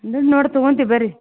ದುಡ್ದು ನೋಡಿ ತಗೋಂತಿವಿ ಬರ್ರೀ